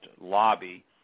lobby